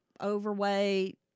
overweight